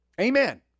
Amen